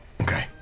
Okay